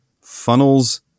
funnels